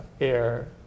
air